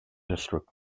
district